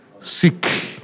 seek